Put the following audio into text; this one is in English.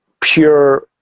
pure